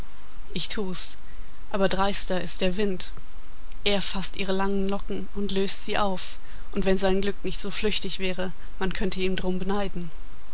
ich tu's aber dreister ist der wind er faßt ihre langen locken und löst sie auf und wenn sein glück nicht so flüchtig wäre man könnte ihn drum beneiden